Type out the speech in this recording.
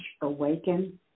awaken